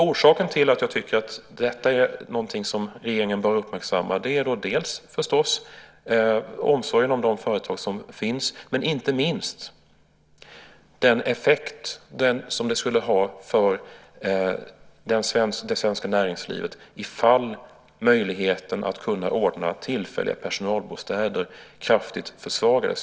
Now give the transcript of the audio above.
Orsaken till att jag tycker att regeringen bör uppmärksamma detta är omsorgen om de företag som finns och inte minst den effekt som det skulle ha för det svenska näringslivet ifall möjligheten att ordna tillfälliga personalbostäder kraftigt försvagades.